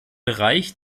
bereich